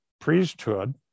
priesthood